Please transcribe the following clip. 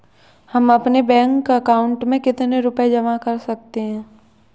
हम अपने bank account में कितने रुपये जमा कर सकते हैं?